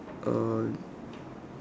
uh